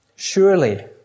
Surely